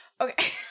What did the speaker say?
Okay